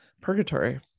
purgatory